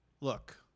Look